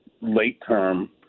late-term